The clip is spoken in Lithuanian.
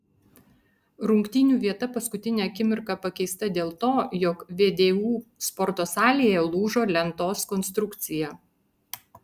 rungtynių vieta paskutinę akimirką pakeista dėl to jog vdu sporto salėje lūžo lentos konstrukcija